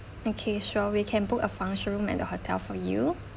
okay sure we can book a function room at the hotel for you